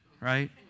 Right